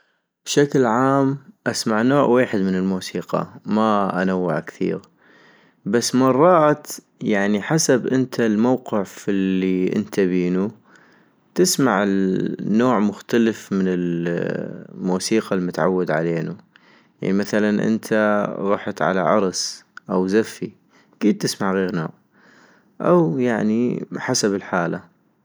بشكل عام، اسمع نوع ويحد من الموسيقى ما انوع كثيغ، بس مرات يعني حسب انت الموقف الي انت بينو تسمع لنوع مختلف من الموسيقى المتعود علينو، يعني مثلا انت غحت على عرس او زفي اكيد تسمع غيغ نوع، او يعني حسب الحالة